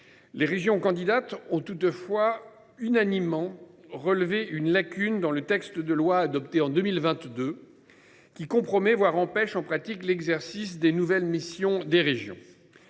Les régions candidates ont toutefois unanimement relevé une lacune dans le texte adopté en 2022, qui compromet, voire empêche l’exercice des nouvelles missions des régions